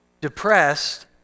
depressed